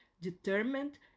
determined